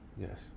Yes